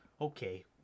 Okay